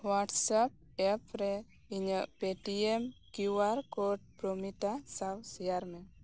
WhatsApp app ᱨᱮ ᱤᱧᱟ ᱜ Paytm Q R code Promita ᱥᱟᱶ ᱥᱮᱭᱟᱨ ᱢᱮ